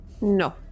No